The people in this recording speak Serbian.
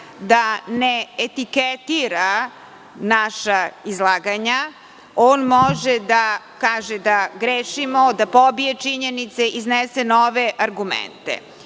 da ne etiketira naša izlaganja, on može da kaže da grešimo, da pobije činjenice, iznese nove argumente. Verujem